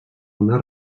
una